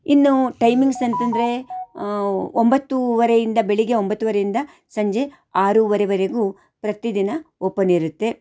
ಇನ್ನು ಟೈಮಿಂಗ್ಸ್ ಅಂತಂದರೆ ಒಂಬತ್ತೂವರೆಯಿಂದ ಬೆಳಿಗ್ಗೆ ಒಂಬತ್ತೂವರೆಯಿಂದ ಸಂಜೆ ಆರೂವರೆವರೆಗೂ ಪ್ರತಿದಿನ ಓಪನ್ ಇರುತ್ತೆ